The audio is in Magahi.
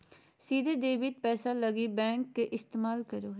सीधे डेबिट पैसा लगी बैंक के इस्तमाल करो हइ